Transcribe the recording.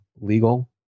legal